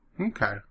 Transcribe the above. Okay